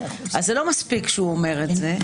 אז זה לא מספיק שאומר את זה.